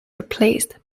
replaced